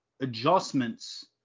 adjustments